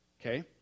Okay